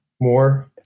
more